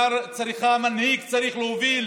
מנהיג צריך להוביל,